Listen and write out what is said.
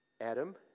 Adam